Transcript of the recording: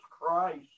Christ